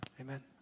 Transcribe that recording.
Amen